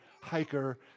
hiker